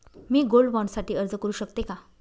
मी gold bond साठी अर्ज करु शकते का?